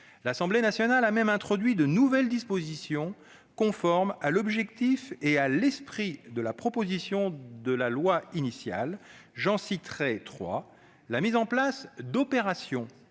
L'Assemblée nationale a même introduit de nouvelles dispositions, conformes à l'objectif et à l'esprit de la proposition de loi initiale. J'en citerai trois : la mise en place d'opérations